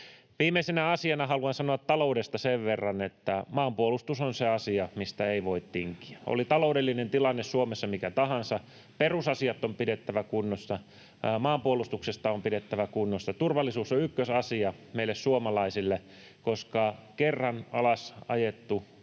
Viimeisenä asiana haluan sanoa taloudesta sen verran, että maanpuolustus on se asia, mistä ei voi tinkiä. Oli taloudellinen tilanne Suomessa mikä tahansa, perusasiat on pidettävä kunnossa, maanpuolustus on pidettävä kunnossa. Turvallisuus on ykkösasia meille suomalaisille, koska kerran alas ajettua